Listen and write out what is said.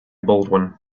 baldwin